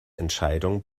entscheidung